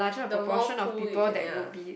the more pool you can ya